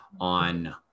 on